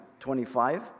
25